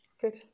Good